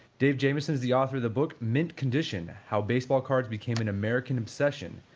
dave jamieson is the author of the book, mint condition how baseball cards became an american obsession.